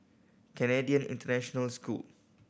Canadian International School